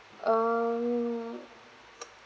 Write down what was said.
um